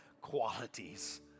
qualities